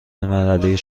المللی